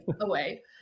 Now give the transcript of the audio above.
away